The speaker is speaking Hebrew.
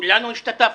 כולנו השתתפנו,